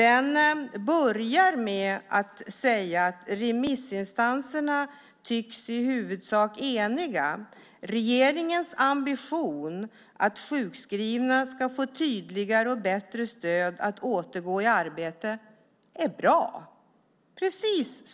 Ett avsnitt inleds så här: Remissinstanserna tycks i huvudsak eniga. Regeringens ambition att sjukskrivna ska få tydligare och bättre stöd att återgå i arbete är bra.